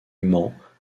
mans